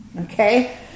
Okay